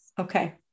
Okay